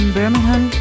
Birmingham